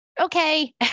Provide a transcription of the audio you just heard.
okay